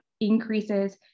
increases